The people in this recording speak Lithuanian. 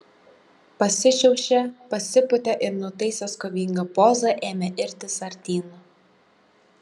pasišiaušė pasipūtė ir nutaisęs kovingą pozą ėmė irtis artyn